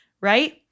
right